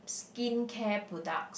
skincare products